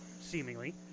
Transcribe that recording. seemingly